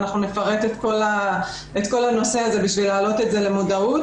אנחנו נפרט את כל הנושא הזה בשביל להעלות את זה למודעות.